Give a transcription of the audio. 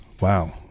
wow